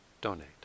donate